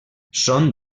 són